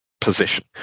position